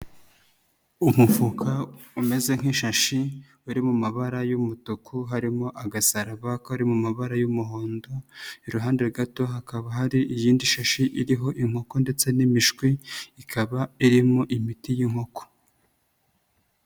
Umufuka umeze nk'ishashi uri mu mabara y'umutuku, harimo agasaraba kari mu mabara y'umuhondo, iruhande gato hakaba hari iyindi shashi iriho inkoko ndetse n'imishwi ikaba irimo imiti y'inkoko.